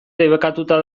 debekatuta